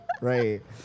right